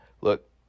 look